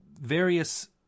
various